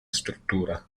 struttura